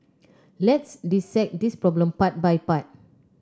let's dissect this problem part by part